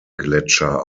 gletscher